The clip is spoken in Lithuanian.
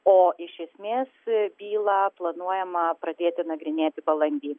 o iš esmės bylą planuojama pradėti nagrinėti balandį